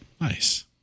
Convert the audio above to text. Nice